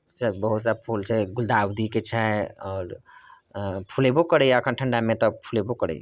से बहुत सारा फूल छै गुलदाउदीके छै आओर फूलेबो करैए एखन ठंडामे तऽ फूलेबो करैए